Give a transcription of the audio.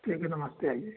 ठीक है नमस्ते आइए